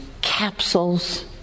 capsules